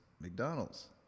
McDonald's